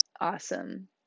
awesome